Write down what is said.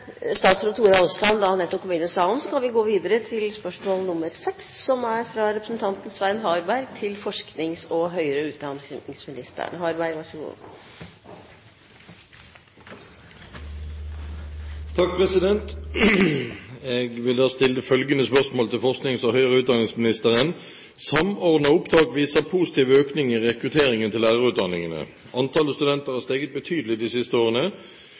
statsråd Tora Aasland nettopp kom inn i salen, kan vi gå videre til spørsmål nr. 6, som er fra representanten Svein Harberg til forsknings- og høyere utdanningsministeren. Jeg vil da stille følgende spørsmål til forsknings- og høyere utdanningsministeren: «Samordna opptak viser positiv økning i rekruttering til lærerutdanningene. Antallet studenter har steget betydelig de siste årene.